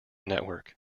network